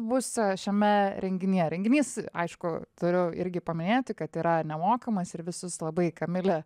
bus šiame renginyje renginys aišku turiu irgi paminėti kad yra nemokamas ir visus labai kamilė